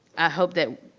i hope that